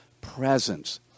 presence